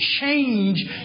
change